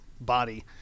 body